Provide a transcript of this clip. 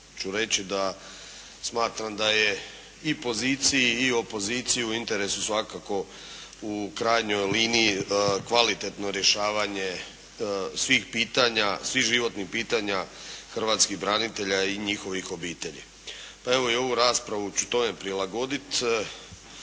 ću reći da smatram da je i poziciji i opoziciji u interesu svakako u krajnjoj liniji kvalitetno rješavanje svih pitanja, svih životnih pitanja hrvatskih branitelja i njihovih obitelji. Pa evo i ovu raspravu ću tome prilagoditi